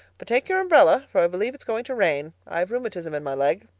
but take your umbrella, for i believe it's going to rain. i've rheumatism in my leg.